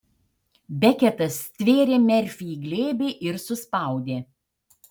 beketas stvėrė merfį į glėbį ir suspaudė